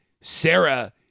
Sarah